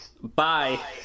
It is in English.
bye